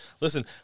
listen